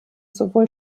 sowohl